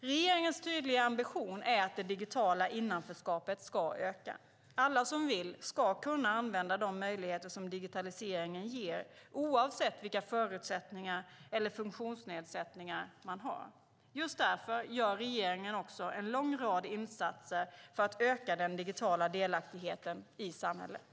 Regeringens tydliga ambition är att det digitala innanförskapet ska öka. Alla som vill ska kunna använda de möjligheter som digitaliseringen ger, oavsett vilka förutsättningar eller funktionsnedsättningar man har. Just därför gör regeringen också en lång rad insatser för att öka den digitala delaktigheten i samhället.